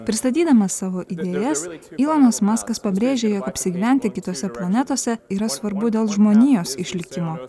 pristatydamas savo idėjas ylanas maskas pabrėžė jog apsigyventi kitose planetose yra svarbu dėl žmonijos išlikimo